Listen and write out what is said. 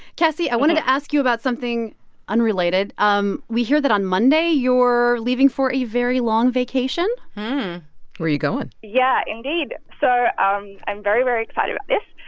cassie, i wanted to ask you about something unrelated. um we hear that on monday, you're leaving for a very long vacation where you going? yeah, indeed. so um i'm very, very excited about this.